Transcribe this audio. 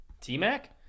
t-mac